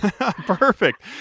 Perfect